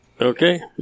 Okay